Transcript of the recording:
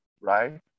right